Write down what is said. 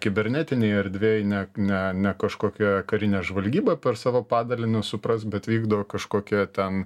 kibernetinėj erdvėj ne ne ne kažkokia karinė žvalgyba per savo padalinius suprask bet vykdo kažkokie ten